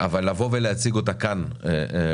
אבל לבוא ולהציג אותה כאן בוועדה,